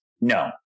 no